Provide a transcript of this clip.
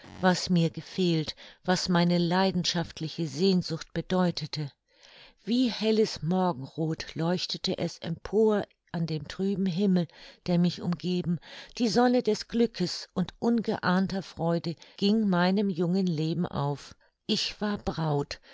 was mir gefehlt was meine leidenschaftliche sehnsucht bedeutete wie helles morgenroth leuchtete es empor an dem trüben himmel der mich umgeben die sonne des glückes und ungeahnter freude ging meinem jungen leben auf ich war braut